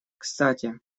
кстати